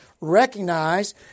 recognize